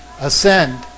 ascend